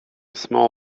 small